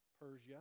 Persia